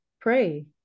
Pray